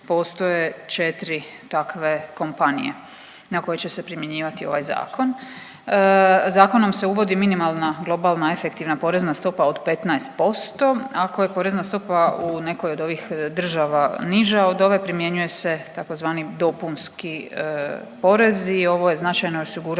postoje četri takve kompanije na koje će se primjenjivati ovaj zakon. Zakonom se uvodi minimalna globalna efektivna porezna stopa od 15%, ako je porezna stopa u nekoj od ovih država niža od ove primjenjuje se tzv. dopunski porez i ovo značajno osigurava